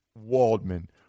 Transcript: Waldman